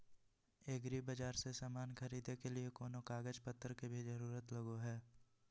एग्रीबाजार से समान खरीदे के लिए कोनो कागज पतर के भी जरूरत लगो है?